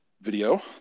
video